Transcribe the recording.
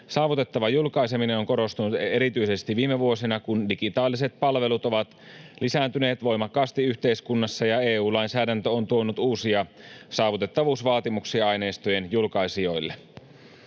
Saavutettava julkaiseminen on korostunut erityisesti viime vuosina, kun digitaaliset palvelut ovat lisääntyneet voimakkaasti yhteiskunnassa ja EU-lainsäädäntö on tuonut uusia saavutettavuusvaatimuksia aineistojen julkaisijoille.